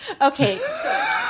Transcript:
Okay